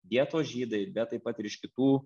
vietos žydai bet taip pat ir iš kitų